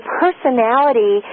personality